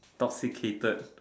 toxicated